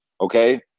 okay